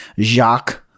Jacques